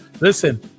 Listen